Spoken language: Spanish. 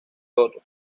otto